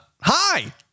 Hi